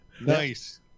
Nice